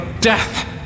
death